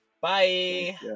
bye